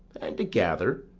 and to gather,